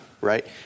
right